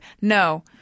No